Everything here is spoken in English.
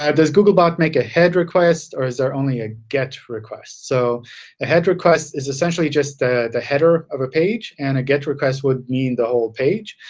um does googlebot make a head request or is there only a get request? so a head request is essentially just the the header of a page and a get request would mean the whole page.